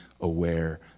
aware